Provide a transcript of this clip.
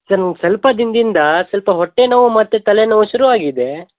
sir ನಂಗೆ ಸ್ವಲ್ಪ ದಿನದಿಂದ ಸ್ವಲ್ಪ ಹೊಟ್ಟೆನೋವು ಮತ್ತು ತಲೆನೋವು ಶುರುವಾಗಿದೆ